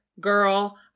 girl